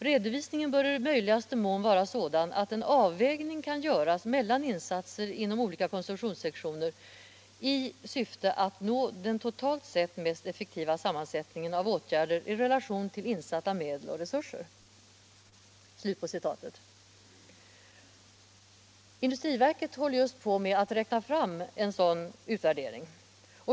Redovisningen bör i möjligaste mån vara sådan att en avvägning kan göras mellan insatser inom olika konsumtionssektorer i syfte att nå den totalt sett mest effektiva sammansättningen av åtgärder i relation till insatta medel och resurser.” Industriverket håller just på med att räkna fram en sådan utvärdering.